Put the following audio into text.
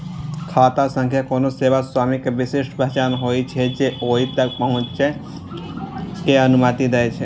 खाता संख्या कोनो सेवा स्वामी के विशिष्ट पहचान होइ छै, जे ओइ तक पहुंचै के अनुमति दै छै